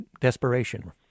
Desperation